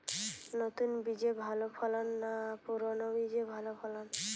নতুন বীজে ভালো ফলন না পুরানো বীজে ভালো ফলন?